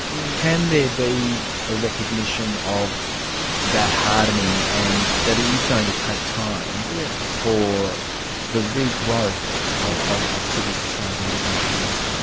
can there be a recognition of that hardening and that it is going to take time yeah for the re-growth of of civil society in sri lanka?